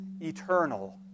eternal